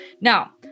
Now